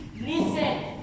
Listen